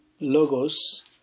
Logos